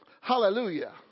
Hallelujah